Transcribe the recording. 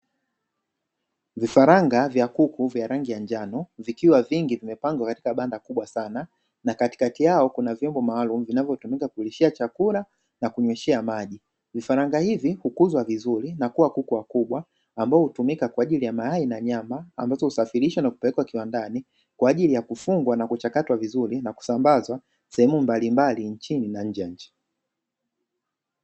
Vifaranga vya kuku vya rangi ya njano, vikiwa vingi vimepangwa katika banda kubwa sana, na katikati yao kuna vyombo maalumu vinavyotumika kulishia chakula na kunyweshea maji, vifaranga hivi hukuzwa vizuri na kuwa kuku wakubwa, ambao hutumika kwa ajili ya mayai na nyama, ambazo husafirishwa na kupelekwa kiwandani kwa ajili ya kufungwa na kuchakatwa vizuri na kusambazwa sehemu mbalimbali nchini na nje ya nchi.